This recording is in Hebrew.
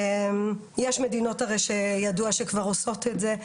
יש מדינות שידוע שכבר עושות את זה,